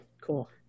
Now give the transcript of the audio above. Cool